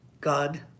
God